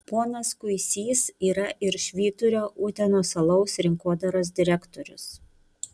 ponas kuisys yra ir švyturio utenos alaus rinkodaros direktorius